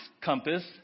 compass